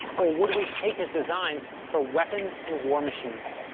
or would we take his designs for weapons and war machines?